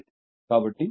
కాబట్టి I0 Ic jIm